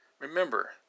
remember